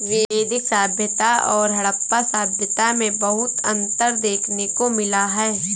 वैदिक सभ्यता और हड़प्पा सभ्यता में बहुत अन्तर देखने को मिला है